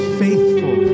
faithful